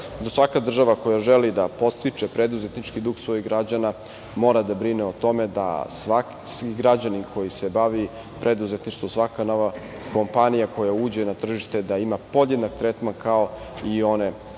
Svaka država koja želi da podstiče preduzetnički duh svojih građana mora da brine o tome da svaki građanin koji se bavi preduzetništvom, svaka nova kompanija koja uđe na tržište, da ima podjednak tretman kao i one